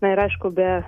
na ir aišku be